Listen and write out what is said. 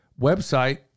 website